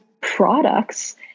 products